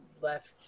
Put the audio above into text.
left